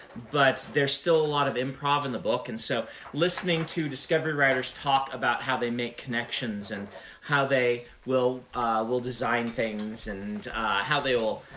but there's still a lot of improv in the book. and so listening to discovery writers talk about how they make connections, and how they will will design things, and how they will